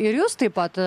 ir jūs taip pat